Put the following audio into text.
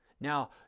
Now